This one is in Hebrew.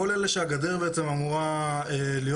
כל אלה שהגדר בעצם אמורה להיות